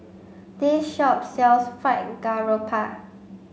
this shop sells Fried Garoupa